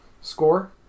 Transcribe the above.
score